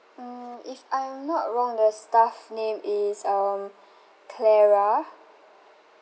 mm if I'm not wrong the staff name is um clara